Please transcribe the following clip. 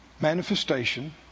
manifestation